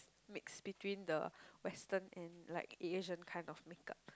mix between the western and like an Asian kind of make up